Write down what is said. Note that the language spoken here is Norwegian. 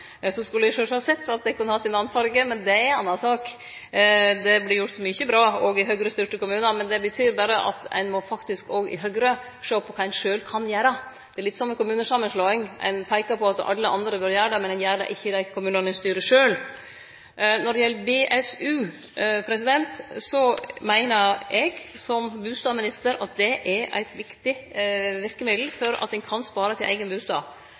Eg skulle sjølvsagt sett at dei kunne hatt ein annan farge, men det er ei anna sak. Det vert gjort mykje bra òg i Høgre-styrte kommunar, men det betyr berre at ein faktisk òg i Høgre må sjå på kva ein sjølv kan gjere. Det er litt som med kommunesamanslåing: Ein peiker på at alle andre burde gjere det, men ein gjer det ikkje i dei kommunane ein styrer sjølv. Når det gjeld BSU, meiner eg som bustadminister at det er eit viktig verkemiddel for at ein kan spare til eigen bustad.